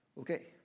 Okay